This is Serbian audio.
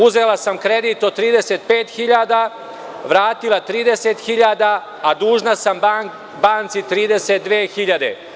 Uzela sam kredit od 35.000 vratila 30.000,a dužna sam banci 32.000.